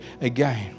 again